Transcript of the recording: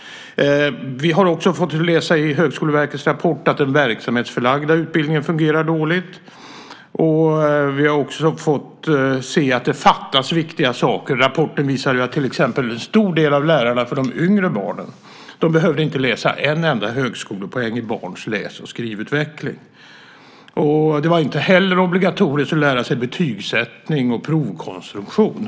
Vi har också fått läsa i Högskoleverkets rapport att den verksamhetsförlagda utbildningen fungerar dåligt. Vi har dessutom fått se att det fattas viktiga saker. Rapporten visar till exempel att en stor del av lärarna för de yngre barnen inte behöver läsa en enda högskolepoäng i barns läs och skrivutveckling. Det var inte heller obligatoriskt att lära sig betygsättning och provkonstruktion.